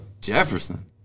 Jefferson